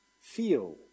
feel